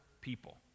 people